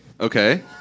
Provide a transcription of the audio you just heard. Okay